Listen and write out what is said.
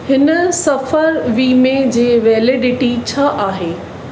हिन सफ़रु वीमे जे वेलिडिटी छा आहे